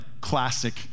classic